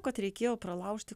kad reikėjo pralaužti